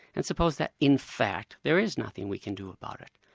and suppose that in fact there is nothing we can do about it.